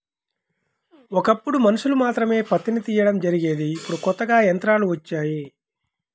ఒకప్పుడు మనుషులు మాత్రమే పత్తిని తీయడం జరిగేది ఇప్పుడు కొత్తగా యంత్రాలు వచ్చాయి